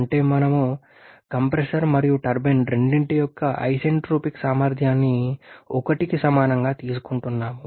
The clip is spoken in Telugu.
అంటే మేము కంప్రెసర్ మరియు టర్బైన్ రెండింటి యొక్క ఐసెంట్రోపిక్ సామర్థ్యాన్ని 1కి సమానంగా తీసుకుంటున్నాము